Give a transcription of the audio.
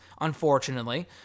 unfortunately